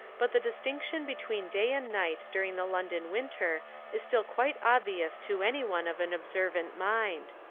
but the distinction between day and night during the london winter is still quite obvious to any one of an observant mind.